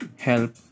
help